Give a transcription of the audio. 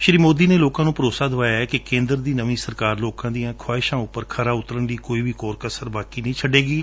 ਸ੍ਸ੍ੀ ਮੋਦੀ ਨੇ ਲੋਕਾ ਨੂੰ ਭਰੋਸਾ ਦਵਾਇਐ ਕਿ ਕੇਂਦਰ ਦੀ ਨਵੀ ਸਰਕਾਰ ਲੋਕਾ ਦੀਆਂ ਖਵਾਹਿਸਾਂ ਉਪਰ ਖਰਾ ਉਤਰਣ ਲਈ ਕੋਈ ਵੀ ਕੋਰ ਕਸਰ ਬਾਕੀ ਨਹੀ ਛੱਡੇਗੀ